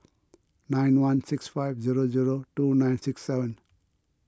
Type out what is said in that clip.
nine one six five zero zero two nine six seven